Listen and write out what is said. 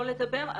לא לדבר,